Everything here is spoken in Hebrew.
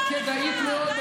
כדאית מאוד,